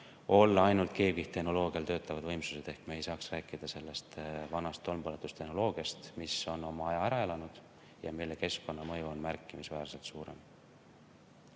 olla ainult keevkihttehnoloogial töötavad võimsused. Ehk me ei saaks rääkida vanast tolmpõletustehnoloogiast, mis on oma aja ära elanud ja mille keskkonnamõju on märkimisväärselt suurem.